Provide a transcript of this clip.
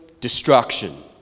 destruction